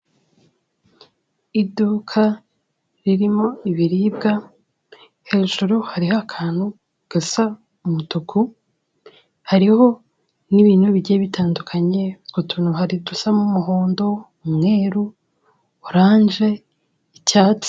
Iduka ririmo ibiribwa, hejuru hariho akantu gasa umutuku, hariho n'ibintu bigiye bitandukanye, utwo tuntu hari udusa n'umuhondo, umweru, oranje n'icyatsi.